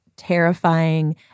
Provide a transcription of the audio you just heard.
Terrifying